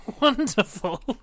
wonderful